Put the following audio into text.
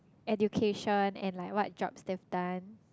education and like what jobs they've done